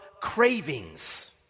cravings